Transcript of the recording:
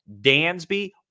Dansby